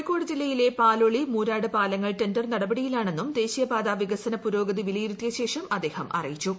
കോഴിക്കോട് ജില്ലയിലെ പാലോളി മൂരാട് പാലങ്ങൾ ടെണ്ടർ നടപടിയിലാണെന്നും ദേശീയപാത വികസന പുരോഗതി വിലയിരുത്തിയശേഷം അദ്ദേഹം അറിയിച്ചു